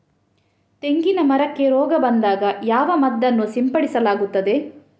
ತೆಂಗಿನ ಮರಕ್ಕೆ ರೋಗ ಬಂದಾಗ ಯಾವ ಮದ್ದನ್ನು ಸಿಂಪಡಿಸಲಾಗುತ್ತದೆ?